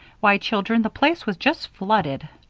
why, children! the place was just flooded.